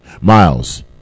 Miles